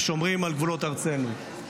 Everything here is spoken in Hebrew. ושומרים על גבולות ארצנו.